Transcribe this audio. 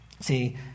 See